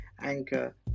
Anchor